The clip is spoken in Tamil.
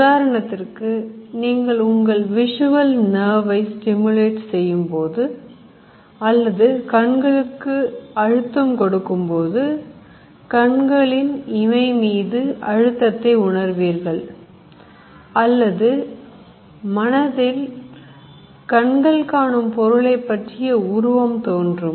உதாரணத்திற்கு நீங்கள் உங்கள் Visual Nerve ஐ Stimulate செய்யும்போது அல்லது கண்களுக்கு அழுத்தம் கொடுக்கும் போது கண்களின் இமை மீது அழுத்தத்தை உணர்வீர்கள் அல்லது மனதில் கண்கள் காணும் பொருளை பற்றிய உருவம் தோன்றும்